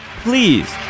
please